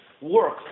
work